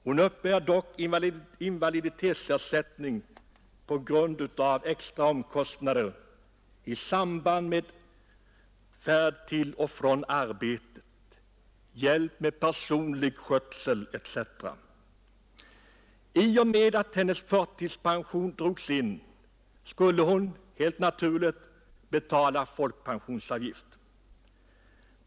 Hon uppbär dock invaliditetsersättning på grund av extra omkostnader i samband med färd till och från arbetet, hjälp med personlig skötsel etc. När hennes förtidspension drogs in skulle hon helt naturligt betala folkpensionsavgift.